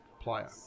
player